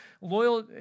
Loyal